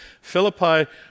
Philippi